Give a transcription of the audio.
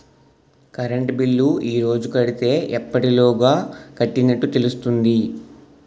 Current bill ఈ రోజు కడితే ఎప్పటిలోగా కట్టినట్టు తెలుస్తుంది?